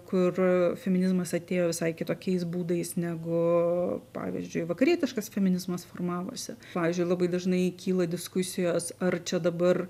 kur feminizmas atėjo visai kitokiais būdais negu pavyzdžiui vakarietiškas feminizmas formavosi pavyzdžiui labai dažnai kyla diskusijos ar čia dabar